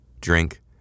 drink